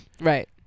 right